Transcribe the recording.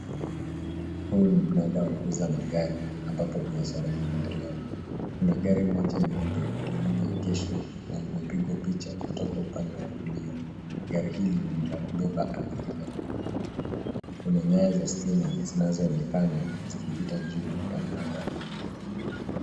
Huu ni mnada wa kuuza magari ambapo biashara inaendelea kuna gari moja nyeupe lililoegeshwa na limepigwa picha kutoka upande wa kulia gari hili ni la kubeba abiria. Kuna nyaya za stima zinazo onekana zikipita juu ya mnada huu.